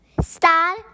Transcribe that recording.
star